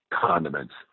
condiments